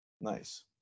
Nice